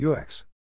UX